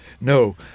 No